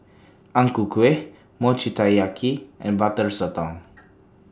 Ang Ku Kueh Mochi Taiyaki and Butter Sotong